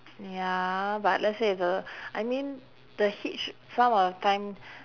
ya but let's say if the I mean the hitch some of the time